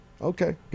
Okay